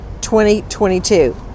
2022